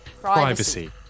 privacy